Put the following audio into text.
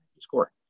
score